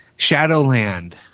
Shadowland